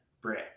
brick